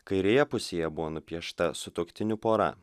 kairėje pusėje buvo nupiešta sutuoktinių pora